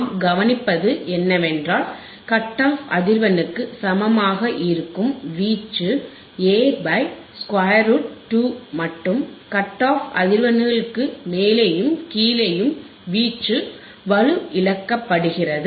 நாம் கவனிப்பது என்னவென்றால் கட் ஆப் அதிர்வெண்ணுக்கு சமமாக இருக்கும் வீச்சு A பை ரூட் 2 மற்றும் கட் ஆஃப் அதிர்வெண்களுக்கு மேலேயும் கீழேயும் வீச்சு வலு இழக்கப்படுகிறது